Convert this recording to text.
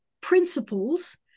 principles